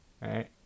right